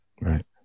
Right